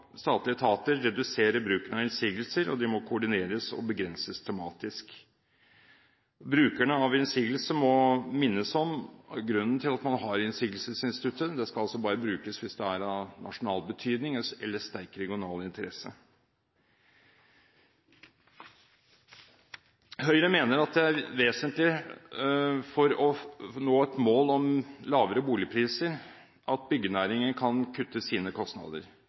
statlige etater redusere bruken av innsigelser, og de må koordineres og begrenses tematisk. Brukerne av innsigelse må minnes om grunnen til at man har innsigelsesinstituttet. Det skal altså bare brukes hvis det er av nasjonal betydning eller av sterk regional interesse. Høyre mener at for å nå et mål om lavere boligpriser er det vesentlig at byggenæringen kan kutte sine kostnader.